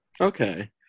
okay